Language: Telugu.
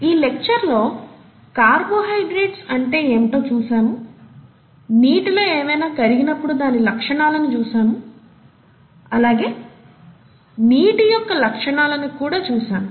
ఈ లెక్చర్ లో కార్బోహైడ్రేట్స్ అంటే ఏమిటో చూసాము నీటిలో ఏమైనా కరిగినప్పుడు దాని లక్షణాలను చూసాము అలాగే నీటి యొక్క లక్షణాలని కూడా చూసాము